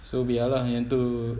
so biar lah yang tu